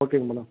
ஓகேங்க மேடம்